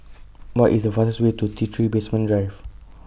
What IS The fastest Way to T three Basement Drive